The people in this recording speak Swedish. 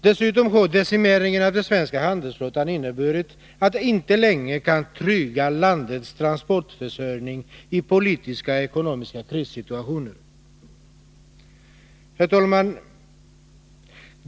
Dessutom har decimeringen av den svenska handelsflottan inneburit att denna inte längre kan trygga landets transportförsörjning i politiska och ekonomiska krissituationer. Herr talman!